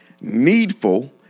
needful